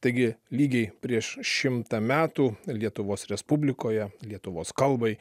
taigi lygiai prieš šimtą metų lietuvos respublikoje lietuvos kalbai